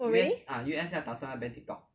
oh really